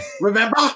Remember